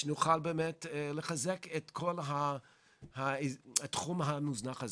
שנוכל באמת לחזק את כל התחום המוזנח הזה.